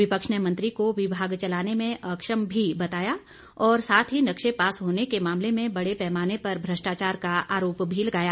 विपक्ष ने मंत्री को विभाग चलाने में अक्षम भी बताया और साथ ही नक्शे पास होने के मामले में बड़े पैमाने पर भ्रष्टाचार का आरोप भी लगाया